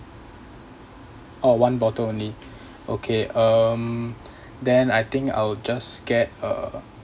orh one bottle only um then I think I'll just get uh